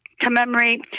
commemorate